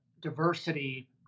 diversity